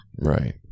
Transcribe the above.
right